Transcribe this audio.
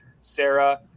Sarah